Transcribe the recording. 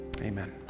Amen